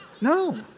No